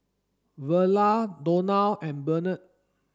Verla Donal and Bernard